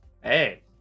hey